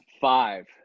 five